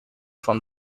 from